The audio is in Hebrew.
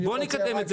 בואו נקדם את זה.